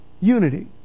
unity